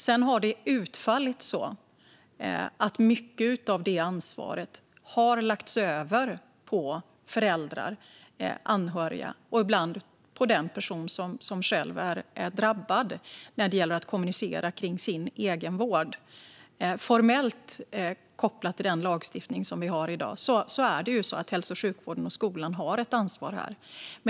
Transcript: Sedan har det utfallit så att mycket av det ansvaret har lagts över på föräldrar, anhöriga och ibland på den person som själv är drabbad när det gäller att kommunicera om den egna vården. Formellt kopplat till den lagstiftning vi har i dag har hälso och sjukvården och skolan ett ansvar här.